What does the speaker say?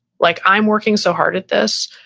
like i'm working so hard at this,